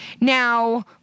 Now